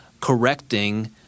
correcting